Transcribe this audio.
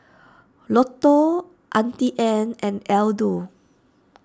Lotto Auntie Anne's and Aldo